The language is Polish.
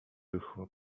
rychło